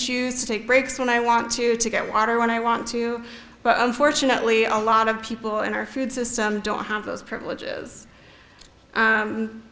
choose to take breaks when i want to to get water when i want to but unfortunately a lot of people in our food system don't have those privileges